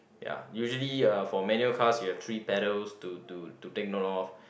ya usually uh for manual cars you have three pedals to to to take note of